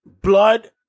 Blood